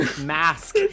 mask